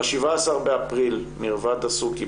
ב-17 באפריל מירוות דסוקי,